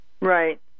right